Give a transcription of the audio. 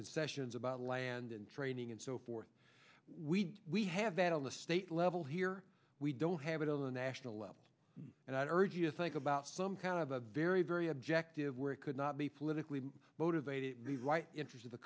concessions about land and training and so forth we we have that on the state level here we don't have it on the national level and i urge you to think about some kind of a very very objective where it could not be politically motivated the right interest of the